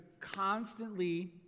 constantly